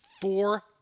Four